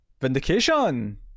vindication